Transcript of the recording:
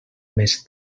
més